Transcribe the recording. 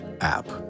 app